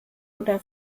oder